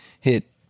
hit